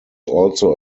also